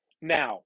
Now